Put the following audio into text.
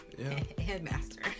Headmaster